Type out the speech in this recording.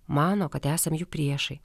mano kad esam jų priešai